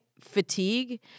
fatigue